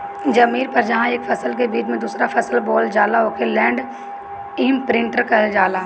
जमीन पर जहां एक फसल के बीच में दूसरा फसल बोवल जाला ओके लैंड इमप्रिन्टर कहल जाला